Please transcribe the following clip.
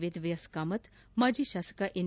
ವೇದವ್ಯಾಸ ಕಾಮತ್ ಮಾಜಿ ಶಾಸಕ ಎನ್